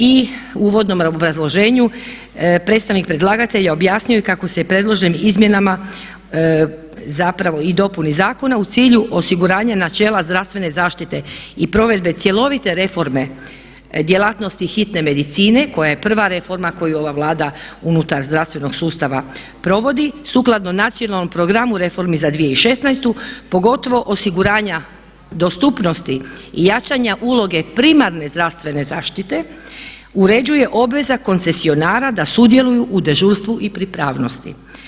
I u uvodnom obrazloženju predstavnik predlagatelja objasnio je kako se predloženim izmjenama zapravo i dopuni zakona u cilju osiguranja načela zdravstvene zaštite i provedbe cjelovite reforme djelatnosti hitne medicine koja je prva reforma koju ova Vlada unutar zdravstvenog sustava provodi sukladno Nacionalnom programu reformi za 2016. pogotovo osiguranja dostupnosti i jačanja uloge primarne zdravstvene zaštite uređuje obveza koncesionara da sudjeluju u dežurstvu i pripravnosti.